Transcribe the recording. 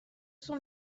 sont